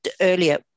earlier